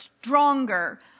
stronger